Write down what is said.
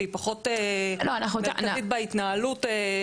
והיא פחות מרכזית בהתנהלות.